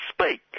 speak